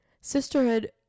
sisterhood